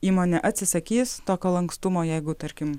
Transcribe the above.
įmonė atsisakys tokio lankstumo jeigu tarkim